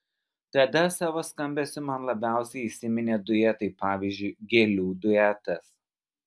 tada savo skambesiu man labiausiai įsiminė duetai pavyzdžiui gėlių duetas